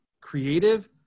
creative